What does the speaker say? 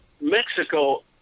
Mexico